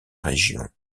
région